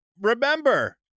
remember